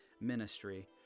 Ministry